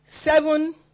Seven